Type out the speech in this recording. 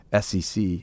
SEC